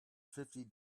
fifty